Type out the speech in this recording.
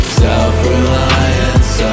self-reliance